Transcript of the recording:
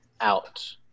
out